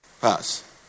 pass